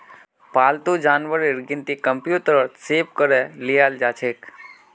पालतू जानवरेर गिनती कंप्यूटरत सेभ करे लियाल जाछेक